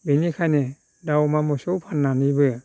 बेनिखायनो दाउ अमा मोसौ फाननानैबो